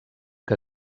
que